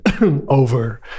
over